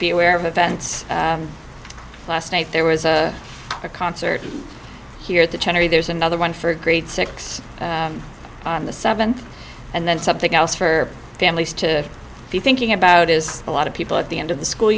be aware of events last night there was a concert here at the charity there's another one for grade six on the seventh and then something else for families to be thinking about is a lot of people at the end of the school